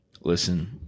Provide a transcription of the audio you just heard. Listen